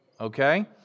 okay